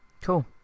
cool